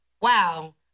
wow